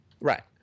Right